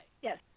Yes